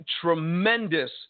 tremendous